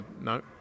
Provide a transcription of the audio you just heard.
No